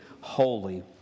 holy